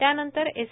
त्यानंतर एस